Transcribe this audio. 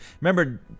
Remember